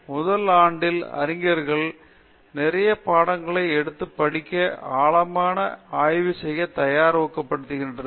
முதல் ஆண்டில் அறிஞர்கள் நிறைய பாடங்களை எடுத்து படித்து ஆழமான ஆய்வு செய்ய தயார் செய்ய ஊக்குவிக்கிறது